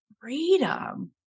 freedom